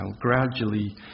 gradually